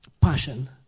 passion